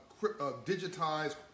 digitized